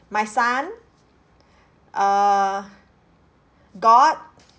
my son err god